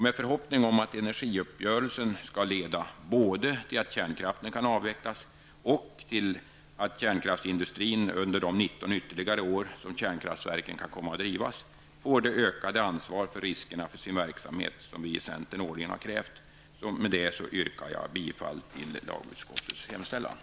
Med förhoppning om att energiuppgörelsen skall leda både till att kärnkraften kan avvecklas och till att kärnkraftsindustrin under de 19 ytterligare år som kärnkraftsverken kan komma att drivas, får det ökade ansvar för riskerna med sin verksamhet som vi i centern årligen krävt, yrkar jag bifall till lagutskottets hemställan.